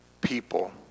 people